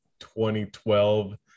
2012